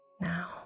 now